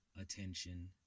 attention